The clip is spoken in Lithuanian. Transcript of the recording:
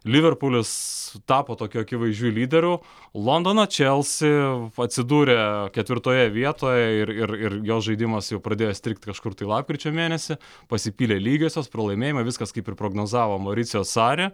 liverpulis tapo tokiu akivaizdžiu lyderiu londono čelsi atsidūrė ketvirtoje vietoje ir ir ir jo žaidimas jau pradėjo strigt kažkur tai lapkričio mėnesį pasipylė lygiosios pralaimėjimai viskas kaip ir prognozavo mauricijo sari